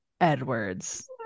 Edwards